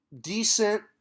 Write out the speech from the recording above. decent